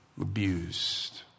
abused